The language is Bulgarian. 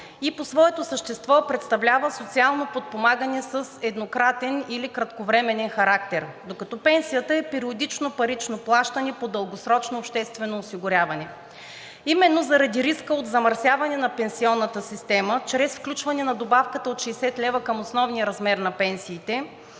и по своето същество представлява социално подпомагане с еднократен или кратковременен характер, докато пенсията е периодично парично плащане по дългосрочно обществено осигуряване. Именно заради риска от замърсяване на пенсионната система чрез включване на добавката от 60 лв. към основния размер на пенсиите